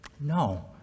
No